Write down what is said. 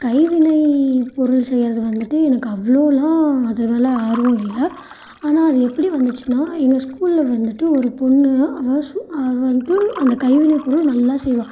கைவினை பொருள் செய்யறது வந்துட்டு எனக்கு அவ்வளோலாம் அதுமேல் ஆர்வம் இல்லை ஆனால் அது எப்படி வந்துச்சுனா எங்கள் ஸ்கூலில் வந்துட்டு ஒரு பொண்ணு அவள் சு அவள் வந்துட்டு அந்த கைவினை பொருள் நல்லா செய்வாள்